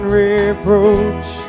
reproach